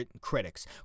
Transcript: critics